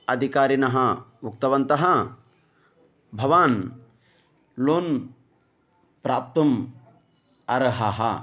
अधिकारिणः उक्तवन्तः भवान् लोन् प्राप्तुम् अर्हः